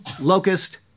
locust